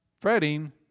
Fretting